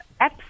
apps